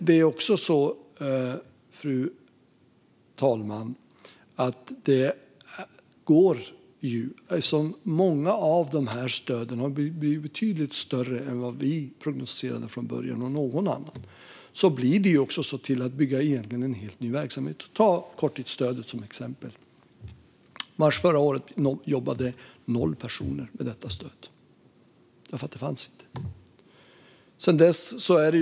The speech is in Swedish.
Men, fru talman, under det här året har många av stöden blivit betydligt större än vad vi eller någon annan från början prognostiserade. Vi har nästan fått bygga upp en helt ny verksamhet. Låt oss ta korttidsstödet som exempel. I mars förra året jobbade noll personer med detta stöd, eftersom det inte fanns.